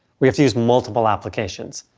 we have to use multiple applications.